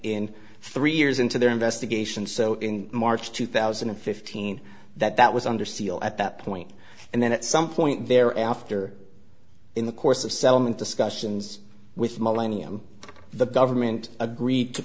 in three years into their investigation so in march two thousand and fifteen that that was under seal at that point and then at some point there after in the course of settlement discussions with millennium the government agreed to